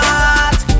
heart